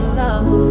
love